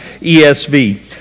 ESV